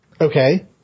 Okay